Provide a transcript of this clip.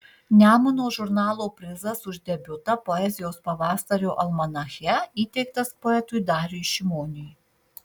nemuno žurnalo prizas už debiutą poezijos pavasario almanache įteiktas poetui dariui šimoniui